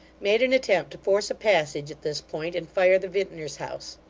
made an attempt to force a passage at this point, and fire the vintner's house.